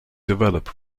develop